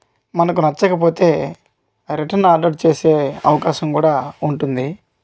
మనకు నచ్చకపోతే return order చేసే అవకాశం కూడా ఉంటుంది